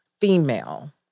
female